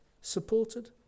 supported